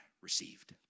received